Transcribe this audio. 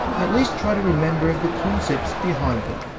at least try to remember the concepts behind them.